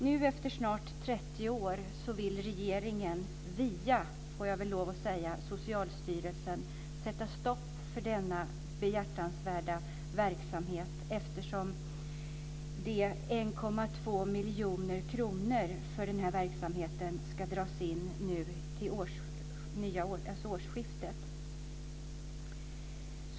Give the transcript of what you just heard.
Nu efter snart 30 år vill regeringen via, får jag väl lov att säga, Socialstyrelsen sätta stopp för denna behjärtansvärda verksamhet, eftersom de 1,2 miljonerna för denna verksamhet ska dras in vid årsskiftet.